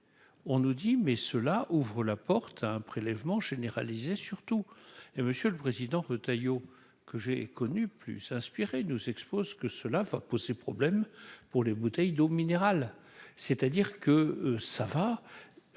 on nous dit mais cela ouvre la porte à un prélèvement généralisée surtout et Monsieur le Président, Retailleau que j'ai connu plus inspiré nous expose que cela va poser problème pour les bouteilles d'eau minérale, c'est-à-dire que ça va